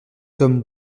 tome